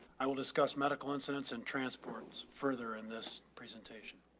i will discuss medical incidents and transports further in this presentation.